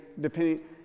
depending